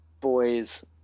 boys